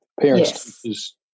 parents